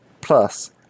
Plus